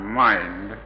mind